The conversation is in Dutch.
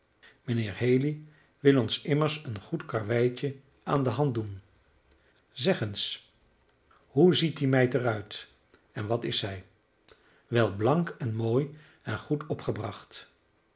mijnheer haley wil ons immers een goed karweitje aan de hand doen zeg eens hoe ziet die meid er uit en wat is zij wel blank en mooi en goed opgebracht